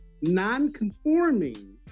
non-conforming